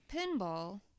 Pinball